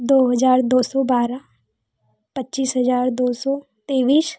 दो हज़ार दो सौ बारह पच्चीस हज़ार दो सौ तेईस